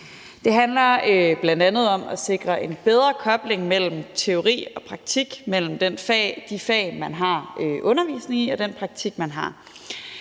Det handler bl.a. om at sikre en bedre kobling mellem teori og praktik, altså mellem de fag, som man har undervisning i, og den praktik, man har.